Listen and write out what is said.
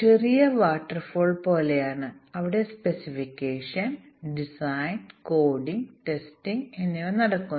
എല്ലാ മൊഡ്യൂളുകളും ഒരു ഘട്ടത്തിൽ സംയോജിപ്പിച്ചിട്ടുണ്ടെന്ന് പേര് പറയുന്നതിനാൽ ആദ്യം നമുക്ക് ഇവിടെ ബിഗ് ബാങ് ഇന്റേഗ്രേഷൻ ടെസ്റ്റിങ് നോക്കാം